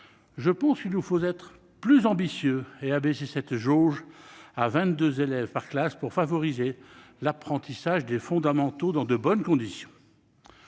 Je pense qu'il nous faut être plus ambitieux et abaisser cette jauge à 22 élèves par classe pour favoriser l'apprentissage des fondamentaux dans de bonnes conditions.